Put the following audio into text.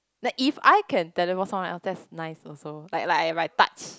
like if I can teleport someone else that's nice also like like if I touch